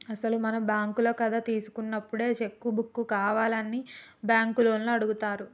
అసలు మనం బ్యాంకుల కథ తీసుకున్నప్పుడే చెక్కు బుక్కు కావాల్నా అని బ్యాంకు లోన్లు అడుగుతారు